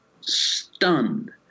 stunned